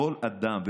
שכל אדם,